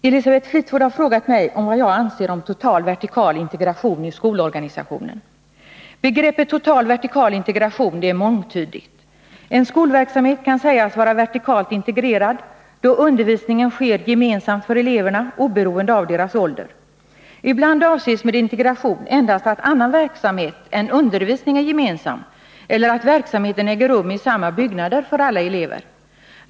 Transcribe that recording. Herr talman! Elisabeth Fleetwood har frågat mig om vad jag anser om total vertikal integration i skolorganisationen. Begreppet total vertikal integration är mångtydigt. En skolverksamhet kan sägas vara vertikalt integrerad då undervisningen sker gemensamt för eleverna, oberoende av deras ålder. Ibland avses med integration endast att annan verksamhet än undervisning är gemensam eller att verksamheten äger rum i samma byggnader för alla elever.